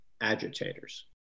agitators